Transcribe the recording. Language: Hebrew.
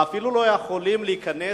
ואפילו לא יכולים להיכנס